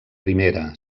primera